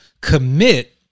commit